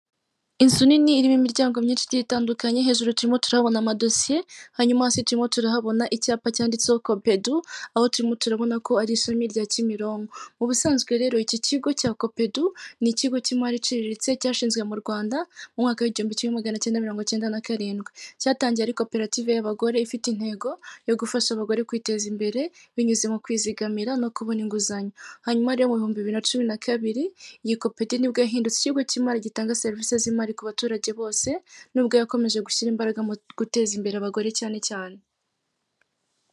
Inzu nini irimo imiryango myinshi igiye itandukanye hejuru turimo turahabona amadosiye, hanyuma hasi turimo turahabona icyapa cyanditseho kopedu aho turimo turabona ko ari ishami rya Kimironko. Ubusanzwe rero iki kigo cya kopedu ni ikigo cy'imari iciriritse cyashinzwe mu Rwanda mu mwaka w'igihumbi kimwe magana cyenda mirongo cyenda na karindwi, cyatangiye ari koperative y'abagore ifite intego yo gufasha abagore kwiteza imbere binyuze mu kwizigamira no kubona inguzanyo, hanyuma rero mu bihumbi bibiri na cumi na kabiri iyi kopedu nibwo yahindutse ikigo cy'imari gitanga serivisi z'imari ku baturage bose n'ubwo yakomeje gushyira imbaraga mu guteza imbere abagore cyane cyane.